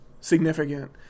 significant